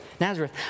Nazareth